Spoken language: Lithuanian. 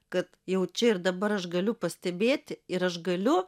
kad jau čia ir dabar aš galiu pastebėti ir aš galiu